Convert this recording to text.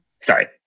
Sorry